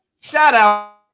shout-out